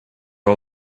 all